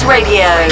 Radio